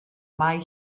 mae